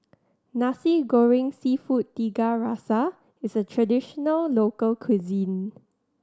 Nasi Goreng Seafood Tiga Rasa is a traditional local cuisine